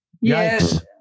Yes